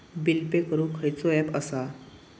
Bill pay करूक खैचो app असा?